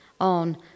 on